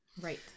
Right